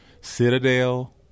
Citadel